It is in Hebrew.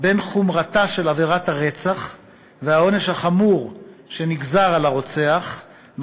בין חומרתה של עבירת הרצח והעונש החמור שנגזר על הרוצח,